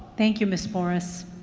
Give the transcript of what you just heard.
thank you, ms. morris.